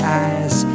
eyes